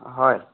হয়